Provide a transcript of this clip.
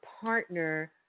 partner